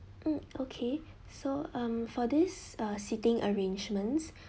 mm okay so um for this uh seating arrangements